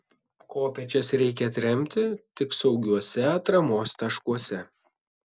kopėčias reikia atremti tik saugiuose atramos taškuose